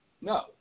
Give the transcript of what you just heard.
No